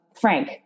Frank